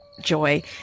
joy